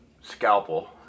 scalpel